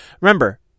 Remember